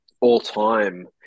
all-time